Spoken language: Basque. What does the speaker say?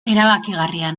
erabakigarria